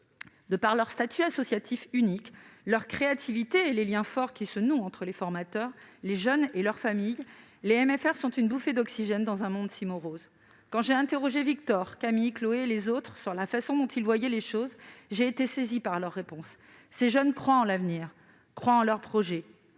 de leur statut associatif unique, de leur créativité et des liens forts qui se nouent entre les formateurs, les jeunes et leurs familles, les MFR sont une bouffée d'oxygène dans un monde si morose. Quand j'ai interrogé Victor, Camille, Chloé et les autres sur la façon dont ils voyaient les choses, j'ai été saisie par leurs réponses : ces jeunes croient en l'avenir, en leur projet.